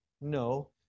No